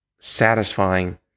satisfying